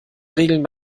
regeln